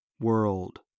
World